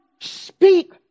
speak